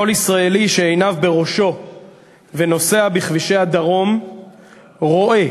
כל ישראלי שעיניו בראשו ונוסע בכבישי הדרום רואה